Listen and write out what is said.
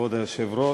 כבוד היושב-ראש,